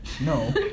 No